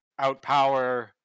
outpower